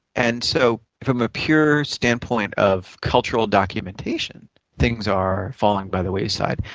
and so from a pure standpoint of cultural documentation, things are falling by the wayside.